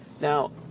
Now